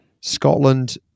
Scotland